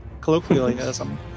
Colloquialism